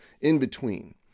in-between